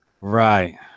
right